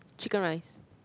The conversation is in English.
Chicken Rice